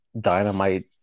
Dynamite